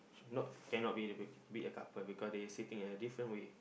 not cannot be the be a couple because they sitting in a different way